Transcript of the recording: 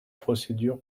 procédure